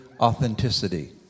authenticity